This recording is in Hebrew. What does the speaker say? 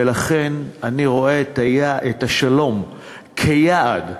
ולכן אני רואה את השלום כיעד,